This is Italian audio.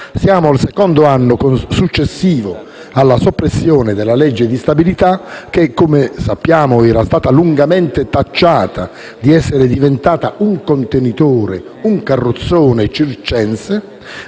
Siamo al secondo anno successivo alla soppressione della legge di stabilità che, come sappiamo, era stata lungamente tacciata di essere diventata un contenitore, un carrozzone circense